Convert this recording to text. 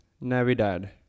Navidad